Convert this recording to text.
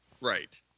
Right